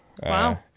Wow